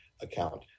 account